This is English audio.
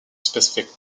specific